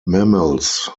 mammals